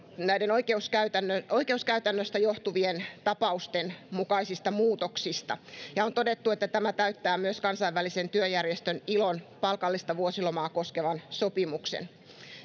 näiden oikeuskäytännöstä johtuvien tapausten mukaisista muutoksista on todettu että tämä täyttää myös kansainvälisen työjärjestön ilon palkallista vuosilomaa koskevan sopimuksen